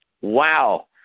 Wow